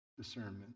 discernment